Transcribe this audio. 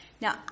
Now